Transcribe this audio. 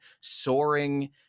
soaring